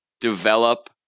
develop